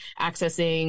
accessing